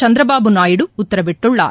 சந்திரபாபு நாயுடு உத்தரவிட்டுள்ளார்